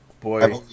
Boy